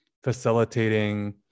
facilitating